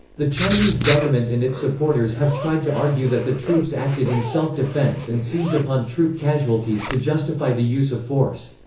the chinese government and its supporters have tried to argue that the troops acted in self-defense and seized upon troop casualties to justify the use of force.